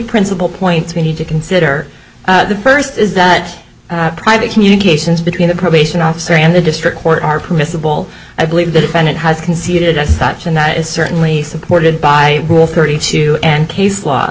principal points we need to consider the first is that private communications between the probation officer and the district court are permissible i believe the defendant has conceded as such and that is certainly supported by rule thirty two and case law